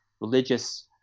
religious